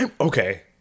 Okay